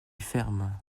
ferme